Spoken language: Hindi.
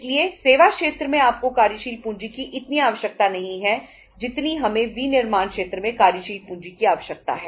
इसलिए सेवा क्षेत्र में आपको कार्यशील पूंजी की इतनी आवश्यकता नहीं है जितनी हमें विनिर्माण क्षेत्र में कार्यशील पूंजी की आवश्यकता है